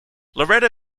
loretta